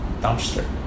dumpster